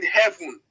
heaven